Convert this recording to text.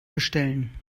bestellen